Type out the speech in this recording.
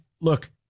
look